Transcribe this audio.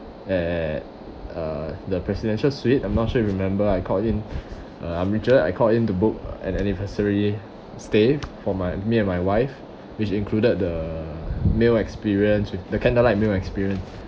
at uh the presidential suite I'm not sure you remember I called in uh I'm richard I called in to book an anniversary stay for my me and my wife which included the meal experience with the candlelight meal experience